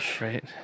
right